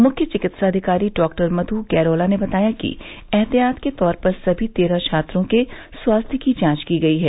मुख्य चिकित्साधिकारी डॉक्टर मध् गैरोला ने बताया कि एहतियात के तौर पर सभी तेरह छात्रों के स्वास्थ्य की जांच की गयी है